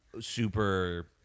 super